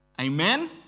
Amen